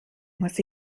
muss